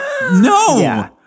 no